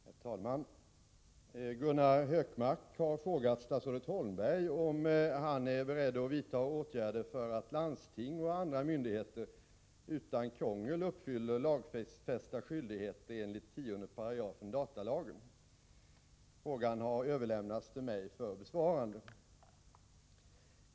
Herr talman! Gunnar Hökmark har frågat statsrådet Holmberg om han är beredd att vidta åtgärder för att landsting och andra myndigheter utan krångel skall uppfylla lagfästa skyldigheter enligt 10 § datalagen. Frågan har överlämnats till mig för besvarande.